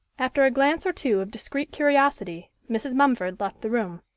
after a glance or two of discreet curiosity, mrs. mumford left the room.